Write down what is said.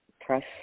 press